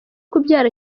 kubyara